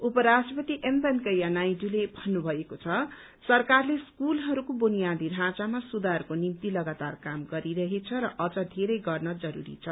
उपराष्ट्रपति एम वेंकैया नायडूले भन्नुभएको छ सरकारले स्कूलहरूको बुनियादी ढाँचामा सुधारको निमित लगातार काम गरिरहेछ र अझ घेरै गर्न जरूरी छ